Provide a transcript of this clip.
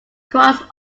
cross